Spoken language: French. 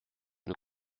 nous